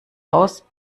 aus